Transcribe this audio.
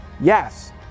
Yes